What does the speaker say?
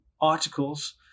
articles